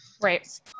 right